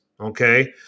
okay